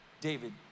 David